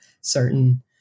certain